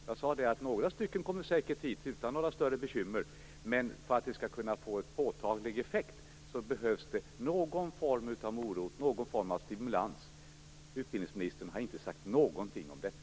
Jag sade att några stycken säkert kommer hit utan att vi gör oss större bekymmer. Men för att det skall kunna få påtaglig effekt behövs det någon form av morot, någon form av stimulans. Utbildningsministern har inte sagt någonting om detta.